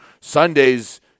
Sunday's